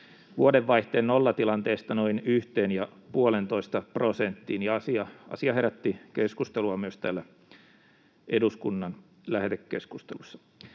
vuodenvaihteen nollatilanteesta noin 1—1,5 prosenttiin, ja asia herätti keskustelua myös täällä eduskunnan lähetekeskustelussa.